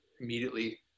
immediately